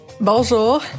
Bonjour